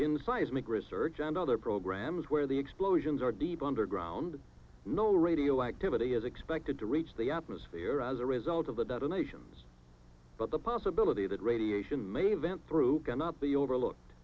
seismic research and other programs where the explosions are deep underground no radioactivity is expected to reach the atmosphere as a result of the detonations but the possibility that radiation may event through cannot be overlooked